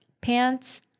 Pants